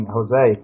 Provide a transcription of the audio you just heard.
Jose